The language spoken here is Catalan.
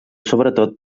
sobretot